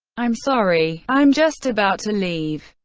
i'm sorry, i'm just about to leave.